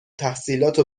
تحصیلاتو